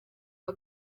nka